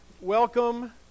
Welcome